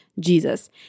Jesus